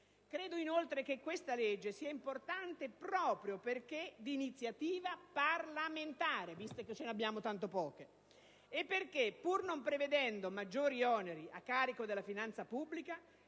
Credo inoltre che questa legge sia importante proprio perché di iniziativa parlamentare (visto che ne abbiamo tanto poche), e perché, pur non prevedendo maggiori oneri a carico della finanza pubblica,